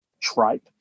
tripe